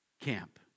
camp